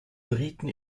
briten